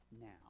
now